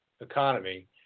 economy